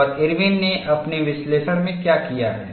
और इरविन ने अपने विश्लेषण में क्या किया है